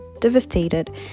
devastated